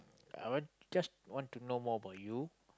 I want just want to know more about you